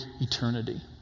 eternity